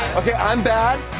okay, i'm bad,